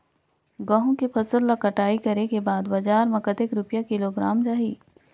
गंहू के फसल ला कटाई करे के बाद बजार मा कतेक रुपिया किलोग्राम जाही?